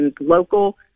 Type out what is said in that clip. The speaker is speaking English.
local